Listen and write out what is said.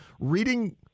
reading